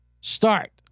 start